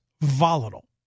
volatile